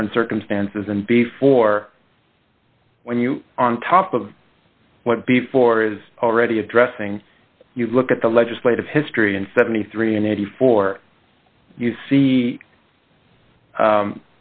different circumstances and before when you on top of what before is already addressing you look at the legislative history and seventy three and eighty four you see